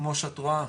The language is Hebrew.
הנחלה היא מוצר מורכב,